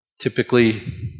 Typically